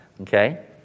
Okay